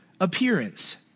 appearance